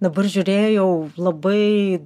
dabar žiūrėjau labai